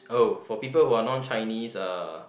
oh for people who are non Chinese uh